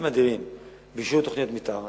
לאישור תוכניות מיתאר.